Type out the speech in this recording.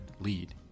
lead